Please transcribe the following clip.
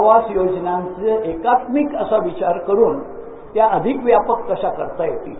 आवास योजनाचं एकात्मिक असा विचार करून त्या अधिक व्यापक कशा करता येतील